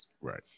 Right